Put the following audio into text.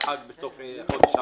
החג בסוף חודש הרמדאן.